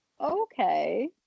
Okay